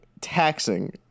taxing